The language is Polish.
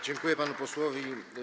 Dziękuję panu posłowi.